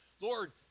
Lord